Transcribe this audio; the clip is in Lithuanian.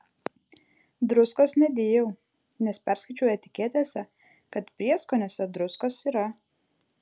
druskos nedėjau nes perskaičiau etiketėse kad prieskoniuose druskos yra